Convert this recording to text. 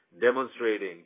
demonstrating